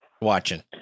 watching